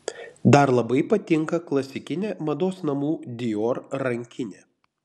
dar labai patinka klasikinė mados namų dior rankinė